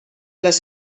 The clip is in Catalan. les